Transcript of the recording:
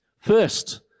First